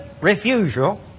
refusal